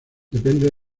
depende